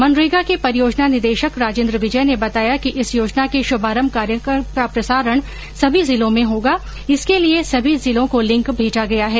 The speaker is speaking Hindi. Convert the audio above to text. मनरेगा के परियोजना निदेशक राजेन्द्र विजय ने बताया कि इस योजना के शुभारंभ कार्यक्रम का प्रसारण सभी जिलों में होगा इसके लिए सभी जिलों को लिंक भेजागया है